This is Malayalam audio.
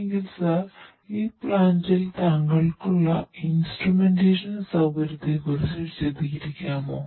എങ്കിൽ സർ ഈ പ്ലാന്റിൽ താങ്കൾക്കുള്ള ഇൻസ്ട്രുമെന്റേഷൻ സൌകര്യത്തെക്കുറിച്ച് വിശദീകരിക്കാമോ